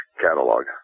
catalog